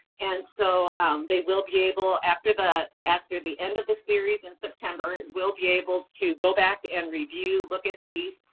and so they will be able, after but after the end of the series in september, we'll be able to go back and review, look at these,